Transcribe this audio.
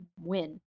win